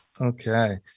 Okay